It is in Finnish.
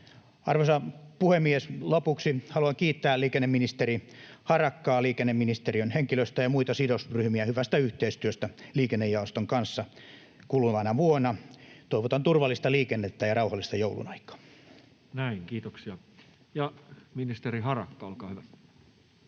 Arvoisa puhemies! Lopuksi haluan kiittää liikenneministeri Harakkaa, liikenneministeriön henkilöstöä ja muita sidosryhmiä hyvästä yhteistyöstä liikennejaoston kanssa kuluvana vuonna. Toivotan turvallista liikennettä ja rauhallista joulunaikaa. Näin, kiitoksia. — Ja ministeri Harakka, olkaa hyvä.